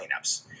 cleanups